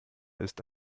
ist